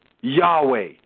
Yahweh